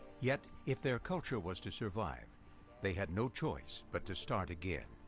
yet if their culture was to survive they had no choice but to start again.